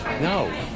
no